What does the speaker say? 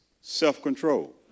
self-control